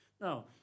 Now